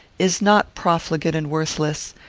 is not profligate and worthless,